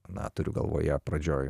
na turiu galvoje pradžioj